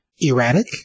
Erratic